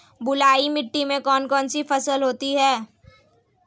बलुई मिट्टी में कौन कौन सी फसल होती हैं?